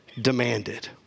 demanded